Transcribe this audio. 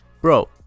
Bro